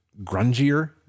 grungier